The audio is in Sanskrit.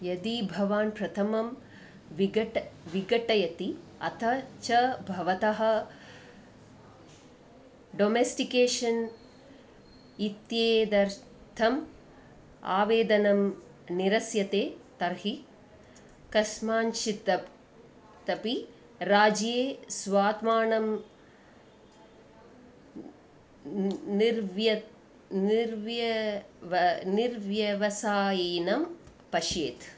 यदि भवान् प्रथमं विघटं विघटयति अथ च भवतः डोमेस्टिकेषन् इत्येतदर्थम् आवेदनं निरस्यते तर्हि कस्मिँश्चिदपि त्तपि राज्ये स्वात्मानं निर्व्य निर्व्या वा निर्व्यवसायिनं पश्येत्